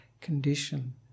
condition